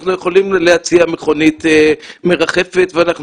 אנחנו יכולים להציע מכונית מרחפת ואנחנו